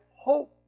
hope